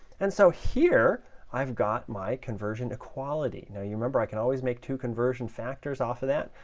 and so here i've got my conversion equality. now, you remember, i can always make two conversion factors off of that?